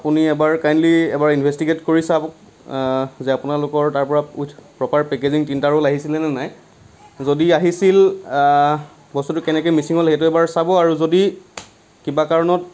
আপুনি এবাৰ কাইণ্ডলি এবাৰ ইনভেচ্টিগেট কৰি চাওঁক যে আপোনালোকৰ তাৰপৰা উইথ প্ৰপাৰ পেকেজিং তিনটা ৰ'ল আহিছিলে নে নাই যদি আহিছিল বস্তুটো কেনেকে মিচিং হ'ল সেইটো এবাৰ চাব আৰু যদি কিবা কাৰণত